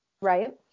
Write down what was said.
Right